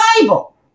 Bible